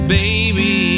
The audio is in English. baby